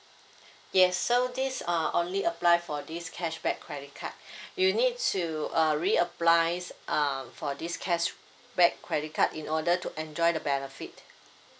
yes so this uh only apply for this cashback credit card you need to uh reapply s~ uh for this cashback credit card in order to enjoy the benefit